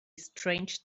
strange